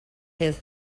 his